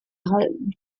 halten